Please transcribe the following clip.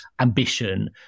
ambition